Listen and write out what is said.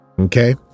Okay